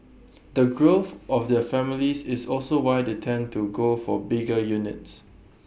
the growth of their families is also why they tend to go for bigger units